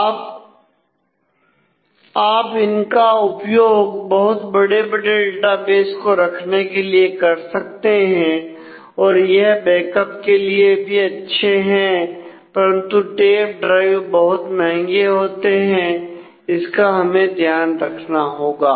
आप आप इनका उपयोग बहुत बड़े बड़े डेटाबेस को रखने के लिए कर सकते हैं और यह बैकअप के लिए भी अच्छे हैं परंतु टेप ड्राइव बहुत महंगे होते हैं इसका हमें ध्यान रखना होगा